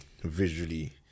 visually